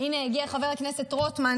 הינה הגיע חבר הכנסת רוטמן,